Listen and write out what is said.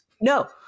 No